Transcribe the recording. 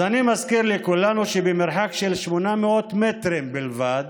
אז אני מזכיר לכולנו שבמרחק של 800 מטרים בלבד